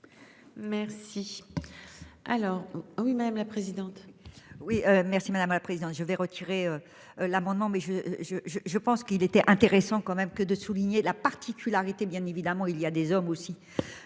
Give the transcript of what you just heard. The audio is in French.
Merci. Alors oui, madame la présidente.